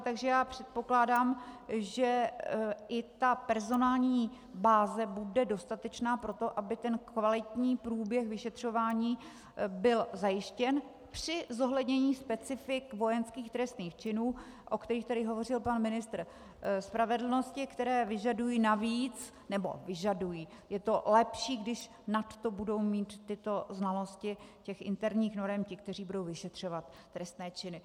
Takže já předpokládám, že i personální báze bude dostatečná pro to, aby kvalitní průběh vyšetřování byl zajištěn při zohlednění specifik vojenských trestných činů, o kterých tady hovořil pan ministr spravedlnosti, které vyžadují navíc nebo vyžadují, je to lepší, když nadto budou mít tyto znalosti interních norem, ti, kteří budou vyšetřovat trestné činy.